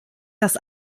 das